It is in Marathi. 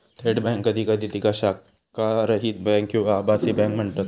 थेट बँक कधी कधी तिका शाखारहित बँक किंवा आभासी बँक म्हणतत